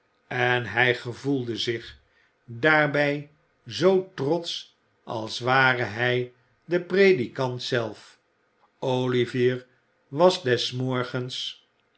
en hij gevoelde zich daarbij zoo trotsch als ware hij de predikant zelf olivier was des morgens